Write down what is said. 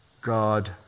God